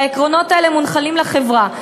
והעקרונות האלה מונחלים לחברה.